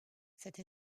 cette